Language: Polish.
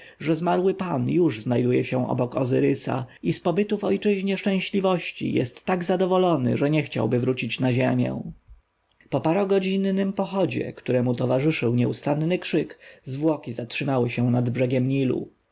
że zmarły pan już znajduje się obok ozyrysa i z pobytu w ojczyźnie szczęśliwości jest tak zadowolony że nie chciałby wrócić na ziemię po parugodzinnym pochodzie któremu towarzyszył nieustannie krzyk zwłoki zatrzymały się nad brzegiem nilu